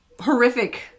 horrific